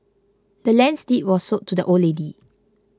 the land's deed was sold to the old lady